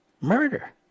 Murder